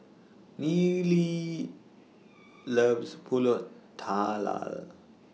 Neely loves Pulut